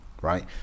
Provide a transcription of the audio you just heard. right